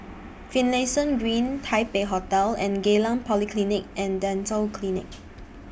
Finlayson Green Taipei Hotel and Geylang Polyclinic and Dental Clinic